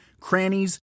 crannies